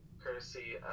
courtesy